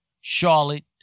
Charlotte